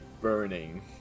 burning